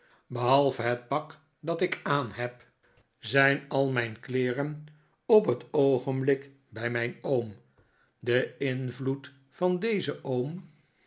behalve het pak dat ik aanheb zijn al mijn kleeren op het oogenblik bij mijn oom de invloed van dezen oom